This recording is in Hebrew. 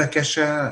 בקשה,